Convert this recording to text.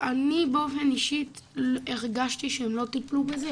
ואני באופן אישי הרגשתי שהם לא טיפלו בזה,